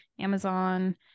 Amazon